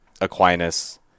Aquinas